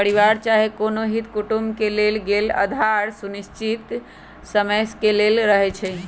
परिवार चाहे कोनो हित कुटुम से लेल गेल उधार अनिश्चित समय के लेल रहै छइ